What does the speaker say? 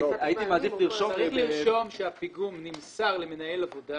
צריך לרשום שהפיגום נמסר למנהל עבודה